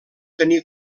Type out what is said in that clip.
tenir